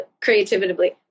creatively